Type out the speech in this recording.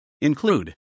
include